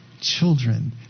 children